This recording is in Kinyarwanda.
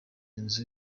nzu